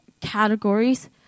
categories